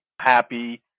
happy